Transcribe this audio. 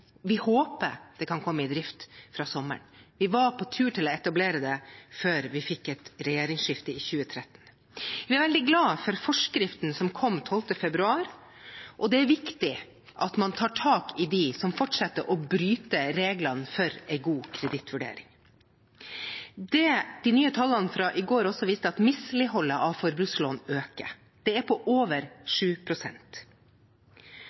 Vi håper det kan komme i drift fra sommeren. Vi var på tur til å etablere det før vi fikk et regjeringsskifte i 2013. Vi er veldig glad for forskriften som kom 12. februar, og det er viktig at man tar tak i dem som fortsetter å bryte reglene for en god kredittvurdering. Det de nye tallene fra i går også viste, er at misligholdet av forbrukslån øker, det er på over